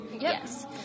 yes